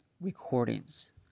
recordings